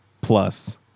plus